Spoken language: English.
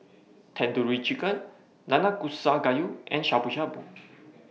Tandoori Chicken Nanakusa Gayu and Shabu Shabu